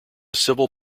civil